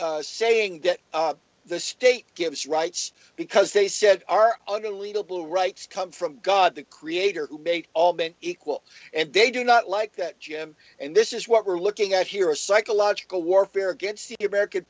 resisted saying that the state gives rights because they said our unbelievable rights come from god the creator made all men equal and they do not like that jim and this is what we're looking at here a psychological warfare against the american